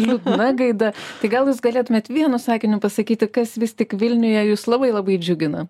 liūdna gaida tai gal jūs galėtumėt vienu sakiniu pasakyti kas vis tik vilniuje jus labai labai džiugina